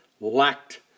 lacked